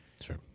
sure